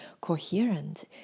coherent